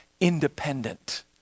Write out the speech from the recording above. independent